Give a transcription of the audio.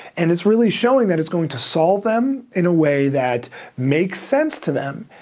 and it's really showing that it's going to solve them in a way that makes sense to them,